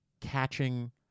catching